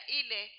ile